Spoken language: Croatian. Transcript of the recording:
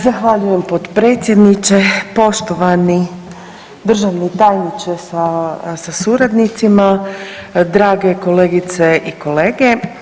Zahvaljujem potpredsjedniče, poštovani državni tajniče sa suradnicima, drage kolegice i kolege.